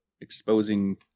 exposing